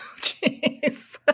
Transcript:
jeez